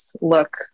look